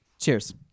Cheers